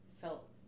felt